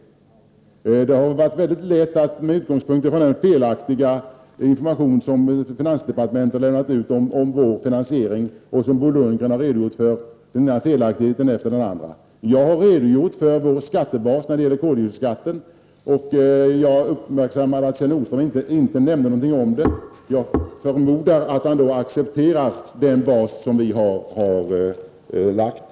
Det kanske inte hade varit så väldigt lätt med tanke på den felaktiga information finansdepartementet har lämnat ut om vår finansiering. Bo Lundgren har redogjort för den ena felaktigheten efter den andra. Jag har redogjort för skattebasen för koldioxidskatten. Jag uppmärksammade att Kjell Nordström inte nämnde något om det. Jag förmodar att han accepterar den bas som vi har föreslagit.